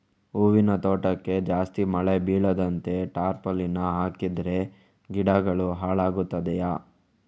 ಹೂವಿನ ತೋಟಕ್ಕೆ ಜಾಸ್ತಿ ಮಳೆ ಬೀಳದಂತೆ ಟಾರ್ಪಾಲಿನ್ ಹಾಕಿದರೆ ಗಿಡಗಳು ಹಾಳಾಗುತ್ತದೆಯಾ?